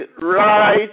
right